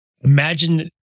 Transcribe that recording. imagine